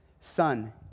son